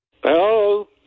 Hello